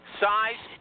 size